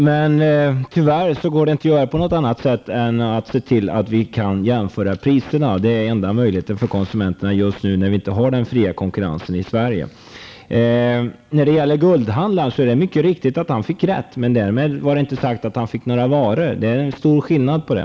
Herr talman! Nej -- inte alls. Men det går tyvärr inte att göra på något annat sätt än att se till att man kan jämföra priserna. Det är just nu enda möjligheten för konsumenterna när vi inte har den fria konkurrensen i Sverige. När det gäller guldhandlaren är det mycket riktigt att han fick rätt. Men därmed inte sagt att han fick några varor. Det ligger en stor skillnad i det.